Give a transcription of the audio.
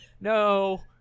no